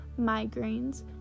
migraines